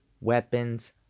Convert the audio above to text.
weapons